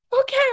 okay